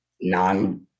non